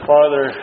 Father